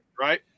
Right